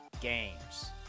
games